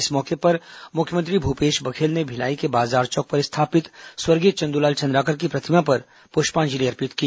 इस अवसर पर मुख्यमंत्री भूपेश बघेल ने भिलाई के बाजार चौक पर स्थापित स्वर्गीय चंद्रलाल चंद्राकर की प्रतिमा पर पुष्पांजलि अर्पित की